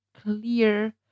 clear